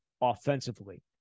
offensively